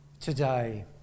today